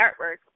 artwork